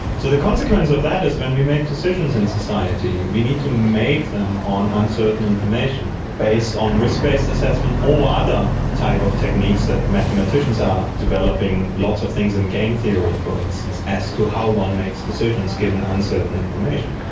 so the consequence of that is when we make decisions in society we need to make them on uncertain information based on risk based assessment or other type of techniques that mathematicians are developing, lots of things in game theory for instance, as to how one makes decisions given uncertain information.